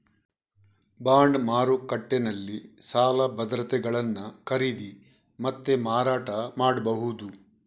bond ಮಾರುಕಟ್ಟೆನಲ್ಲಿ ಸಾಲ ಭದ್ರತೆಗಳನ್ನ ಖರೀದಿ ಮತ್ತೆ ಮಾರಾಟ ಮಾಡ್ಬಹುದು